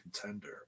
contender